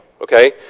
Okay